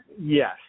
Yes